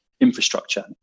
infrastructure